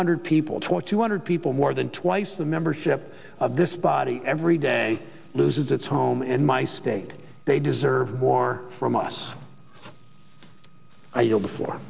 hundred people twenty two hundred people more than twice the membership of this body every day loses its home in my state they deserve more from us